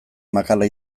makala